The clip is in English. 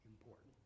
important